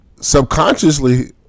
subconsciously